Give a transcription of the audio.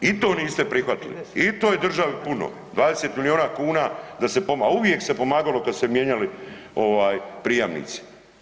I to niste prihvatili i to je državi puno 20 milijuna kuna da se pomogne, a uvijek se pomagalo kada su se mijenjali prijemnici.